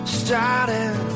starting